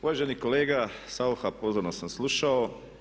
Uvaženi kolega Saucha pozorno sam slušao.